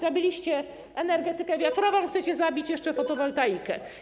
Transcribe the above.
Zabiliście energetykę wiatrową, chcecie zabić jeszcze fotowoltaikę.